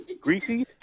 greasy